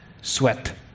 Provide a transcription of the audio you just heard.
sweat